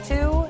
Two